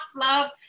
love